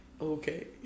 okay